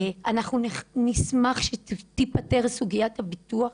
אנחנו נשמח שתיפתר סוגיית הביטוח,